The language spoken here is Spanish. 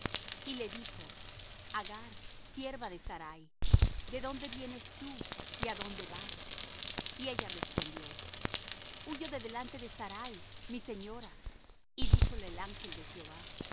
y le dijo agar sierva de sarai de dónde vienes tú y á dónde vas y ella respondió huyo de delante de sarai mi señora y díjole el ángel de jehová